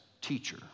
teacher